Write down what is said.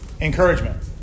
Encouragement